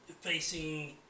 Facing